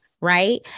right